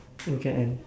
oh can end